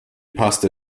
paste